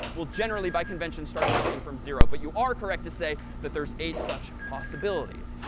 we'll generally, by convention, start counting from zero. but you are correct to say that there's eight such possibilities.